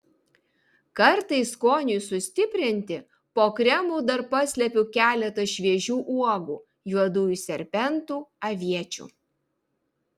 kartais skoniui sustiprinti po kremu dar paslepiu keletą šviežių uogų juodųjų serbentų aviečių